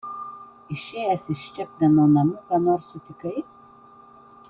išėjęs iš čepmeno namų ką nors sutikai